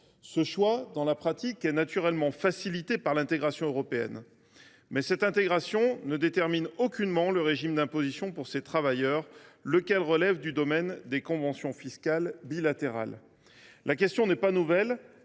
de travail. Dans la pratique, ce choix est naturellement facilité par l’intégration européenne. Reste que cette dernière ne détermine aucunement le régime d’imposition de ces travailleurs, qui relève du domaine des conventions fiscales bilatérales. La question n’est pas nouvelle